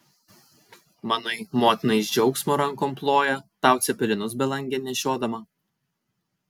manai motina iš džiaugsmo rankom ploja tau cepelinus belangėn nešiodama